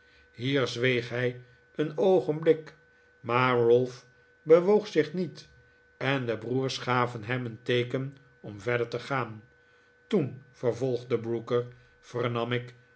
hier zweeg hij een oogenblik maar ralph bewoog zich niet en de broers gaven hem een teeken om verder te gaan toen vervolgde brooker vernam ik